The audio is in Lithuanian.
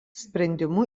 sprendimu